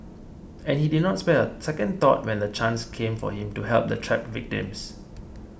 and he did not spare second thought when the chance came for him to help the trapped victims